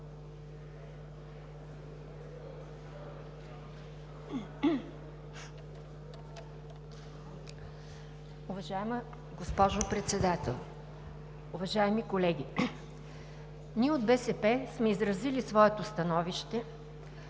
Уважаема госпожо Председател, уважаеми колеги! Ние от БСП сме изразили своето становище